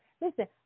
listen